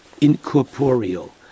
incorporeal